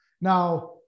Now